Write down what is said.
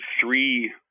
three